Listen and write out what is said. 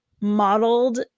modeled